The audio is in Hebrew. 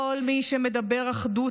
כל מי שמדבר אחדות,